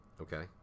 okay